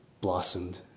blossomed